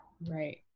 right